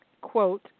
Quote